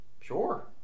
sure